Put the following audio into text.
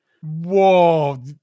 Whoa